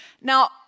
Now